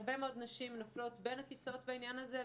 הרבה מאוד נשים נופלות בין הכיסאות בעניין הזה.